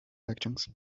actions